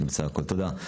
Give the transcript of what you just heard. תודה.